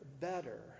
better